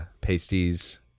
Pasties